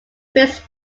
prince